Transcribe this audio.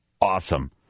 awesome